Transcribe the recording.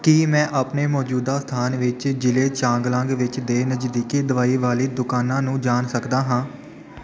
ਕੀ ਮੈਂ ਆਪਣੇ ਮੌਜੂਦਾ ਸਥਾਨ ਵਿੱਚ ਜ਼ਿਲ੍ਹੇ ਚਾਂਗਲਾਂਗ ਵਿੱਚ ਦੇ ਨਜ਼ਦੀਕੀ ਦਵਾਈ ਵਾਲੀ ਦੁਕਾਨਾਂ ਨੂੰ ਜਾਣ ਸਕਦਾ ਹਾਂ